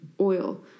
oil